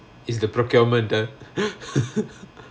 is the procurement uh